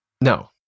No